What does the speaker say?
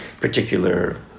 particular